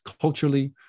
culturally